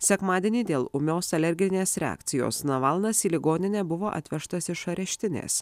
sekmadienį dėl ūmios alerginės reakcijos navalnas į ligoninę buvo atvežtas iš areštinės